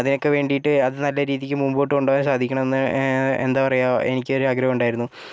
അതിനൊക്കെ വേണ്ടിയിട്ട് അത് നല്ല രീതിക്ക് മുമ്പോട്ട് കൊണ്ടുപോകാൻ സാധിക്കണമെന്ന് എന്താണ് പറയുക എനിക്കൊരു ആഗ്രഹമുണ്ടായിരുന്നു